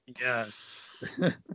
Yes